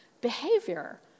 behavior